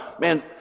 man